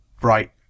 bright